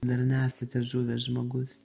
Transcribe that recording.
dar nesate žuvęs žmogus